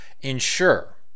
ensure